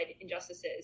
injustices